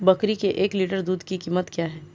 बकरी के एक लीटर दूध की कीमत क्या है?